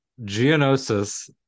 Geonosis